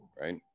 right